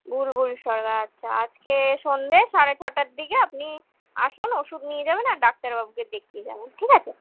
বুলবুল sir আচ্ছা আজকে সন্ধ্যে সাড়ে ছটার দিকে আপনি আসুন ওষুধ নিয়ে যাবেন আর ডাক্তারবাবুকে দেখিয়ে যাবেন ঠিক আছে